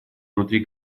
внутри